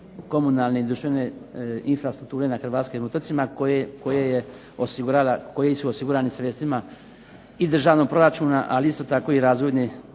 komunalne i društvene infrastrukture na Hrvatskim otocima koji su osigurani sredstvima i državnog proračuna isto tako i Razvojne